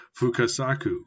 Fukasaku